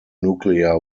nuclear